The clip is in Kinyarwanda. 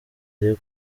iri